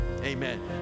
Amen